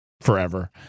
forever